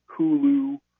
Hulu